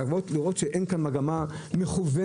לראות שאין כאן מגמה מכוונת.